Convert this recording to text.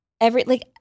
every—like